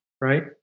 right